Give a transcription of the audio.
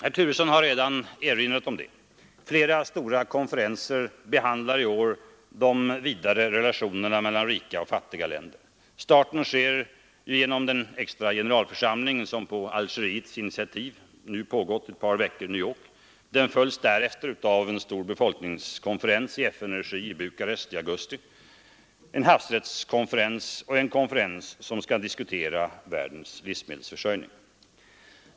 Herr Turesson har redan erinrat om att flera stora konferenser i år behandlar de vidare relationerna mellan rika och fattiga länder. Starten sker genom den extra generalförsamling som på Algeriets initiativ pågått i New York ett par veckor. Den följs upp av en befolkningskonferens i FN:s regi i Bukarest i augusti detta år, en havsrättskonferens och en konferens om världens livsmedelsförsörjning.